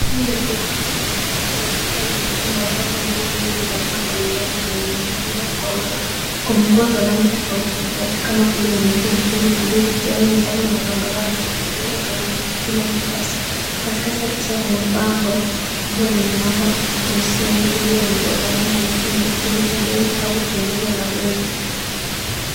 Hili ni duka wa ngoa labda na mitumba ambapo nguo nyingi za aina mbali mbali zimeningi'nishwa kwa urefu. Kuna nguo za rangi tafauti tafauti kama vile nyeupe, nyekundu, bluu, kijani, njano na sambarau zikijazaa karibu kila nafasi. Katikati ya picha kuna bango kubwa lenye namba hamsini ilioandikwa kwa rangi nyekundu ikionyesha pei au punguzo la pei.